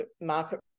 market